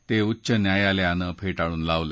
ते उच्च न्यायालयानं फेटाळून लावले